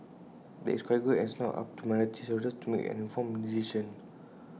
that is quite good and it's now up to minority shareholders to make an informed decision